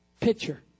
Picture